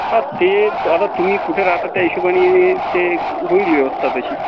हा ते आता तुम्ही कुठे राहता त्या हिशोबानी ते होईल व्यवस्था तशी